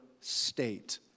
state